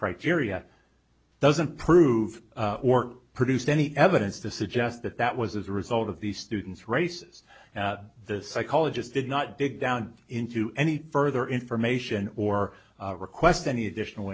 criteria doesn't prove or produce any evidence to suggest that that was a result of these students races the psychologist did not dig down into any further information or request any additional